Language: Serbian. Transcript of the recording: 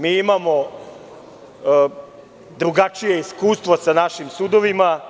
Mi imamo drugačije iskustvo sa našim sudovima